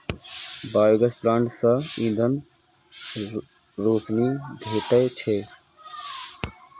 biogas plant सं ईंधन, रोशनी भेटै छै